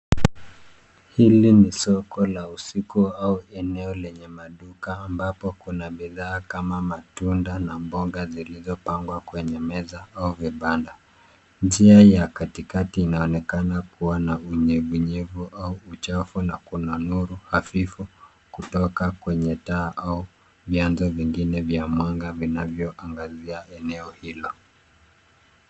Hili ni soko la usiku au eneo lenye maduka ambapo kuna bidhaa kama matunda na mboga zilizopangwa kwenye meza au vibanda. Njia ya katikati inaonekana kuwa na unyevunyevu au uchafu na kuna nuru hafifu kutoka kwenye taa au vyanzo vingine vya mwanga vinavyoangazia eneo hilo.